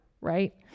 right